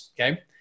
Okay